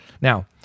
Now